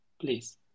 Please